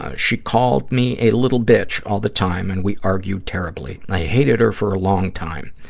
ah she called me a little bitch all the time and we argued terribly. i hated her for a long time.